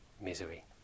misery